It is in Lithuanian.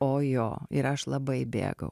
o jo ir aš labai bėgau